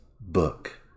book